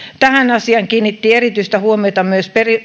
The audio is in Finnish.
tähän asiaan kiinnitti erityistä huomiota myös